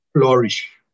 flourish